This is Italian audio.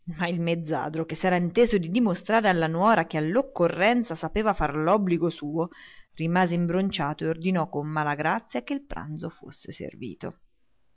ma il mezzadro che s'era inteso di dimostrare alla nuora che all'occorrenza sapeva far l'obbligo suo rimase imbronciato e ordinò con mala grazia che il pranzo fosse servito